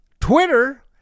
Twitter